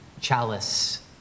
chalice